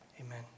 Amen